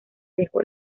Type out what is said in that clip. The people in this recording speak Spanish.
dejó